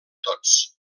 tots